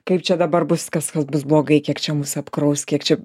kaip čia dabar bus kas kas bus blogai kiek čia mus apkraus kiek čia